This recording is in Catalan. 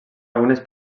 algunes